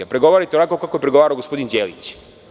Pregovarajte ovako kako je pregovarao gospodin Đelić.